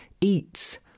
eats